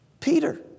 Peter